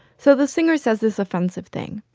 so the singer says this offensive thing.